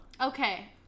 Okay